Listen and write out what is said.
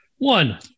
One